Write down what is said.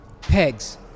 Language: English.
pegs